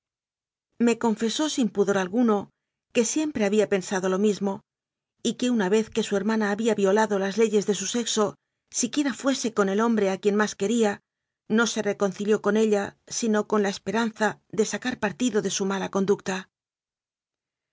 me confesó sin pudor alguno que siempre había pensado lo mismo y que una vez que su hermana había violado las leyes de su sexo siquiera fuese con el hombre a quien más quería no se reconcilió con ella sino con la esperanza de sacar partido de su mala conducta